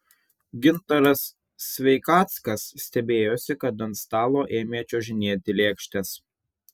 gintaras sveikackas stebėjosi kad ant stalo ėmė čiuožinėti lėkštės